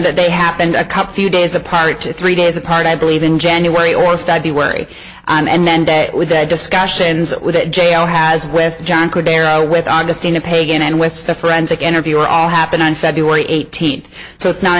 that they happened a cup few days apart three days apart i believe in january or february and then day with discussions with that jail has with jonker darrow with augustina pagan and with the forensic interviewer all happened on february eighteenth so it's not